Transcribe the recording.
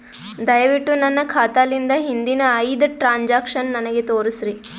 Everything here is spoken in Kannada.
ದಯವಿಟ್ಟು ನನ್ನ ಖಾತಾಲಿಂದ ಹಿಂದಿನ ಐದ ಟ್ರಾಂಜಾಕ್ಷನ್ ನನಗ ತೋರಸ್ರಿ